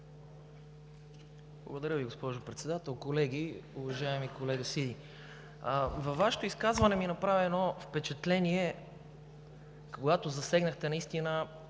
Благодаря Ви, госпожо Председател. Колеги! Уважаеми колега Сиди, във Вашето изказване ми направи впечатление, когато засегнахте това